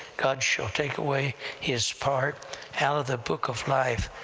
god shall take away his part out of the book of life,